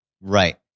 Right